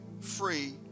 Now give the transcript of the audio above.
free